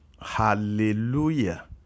Hallelujah